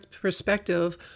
perspective